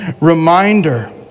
reminder